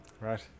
Right